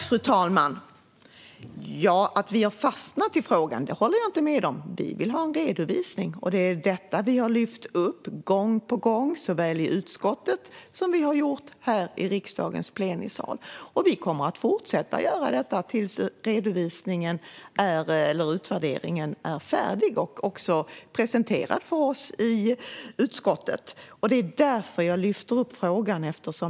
Fru talman! Att vi har fastnat i frågan håller jag inte med om. Vi vill ha en redovisning, och det är detta som vi har lyft fram gång på gång såväl i utskottet som här i riksdagens plenisal. Vi kommer att fortsätta att göra det tills utvärderingen är färdig och presenterad för oss i utskottet. Det är därför som jag lyfter fram frågan.